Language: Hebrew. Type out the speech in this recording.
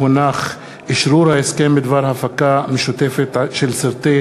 אשרור ההסכם בדבר הפקה משותפת של סרטי